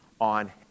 on